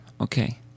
Okay